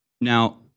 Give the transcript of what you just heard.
now